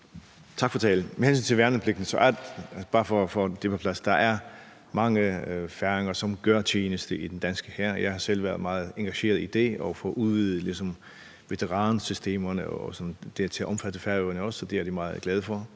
Tak for talen. Med hensyn til værnepligten er der, bare for at få det på plads, mange færinger, som gør tjeneste i den danske hær. Jeg har selv været meget engageret i det og i at få udvidet veteransystemerne til at omfatte Færøerne også, og det er de meget glade for.